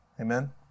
Amen